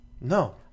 No